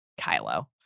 Kylo